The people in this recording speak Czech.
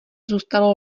zůstalo